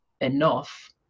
enough